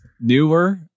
newer